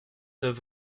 neuf